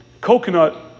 coconut